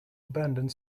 abandoned